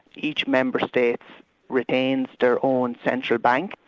each member state retains their own central bank,